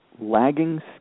Lagging